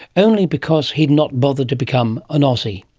only because he'd not bothered to become an aussie.